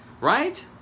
right